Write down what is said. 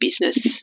business